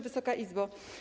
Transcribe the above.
Wysoka Izbo!